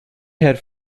had